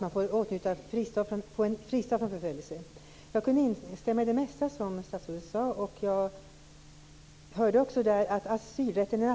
Man får åtnjuta en fristad undan förföljelse. Jag kunde instämma i det mesta statsrådet sade. Jag hörde också att asylrätten är en